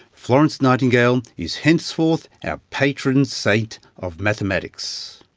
florence nightingale is henceforth our patron saint of mathematics.